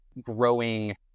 growing